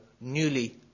newly